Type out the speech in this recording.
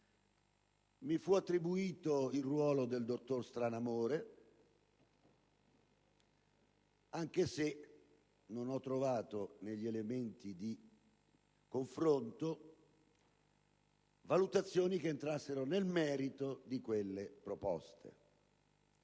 mi fu attribuito il ruolo del dottor Stranamore, anche se non ho trovato negli elementi di confronto valutazioni che entrassero nel merito di quelle proposte.